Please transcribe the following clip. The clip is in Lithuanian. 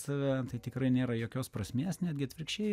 save tai tikrai nėra jokios prasmės netgi atvirkščiai